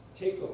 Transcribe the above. takeover